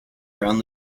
around